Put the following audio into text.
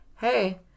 hey-